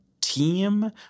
team